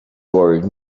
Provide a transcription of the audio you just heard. word